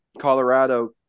Colorado